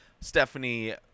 Stephanie